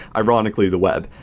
ironically, the web.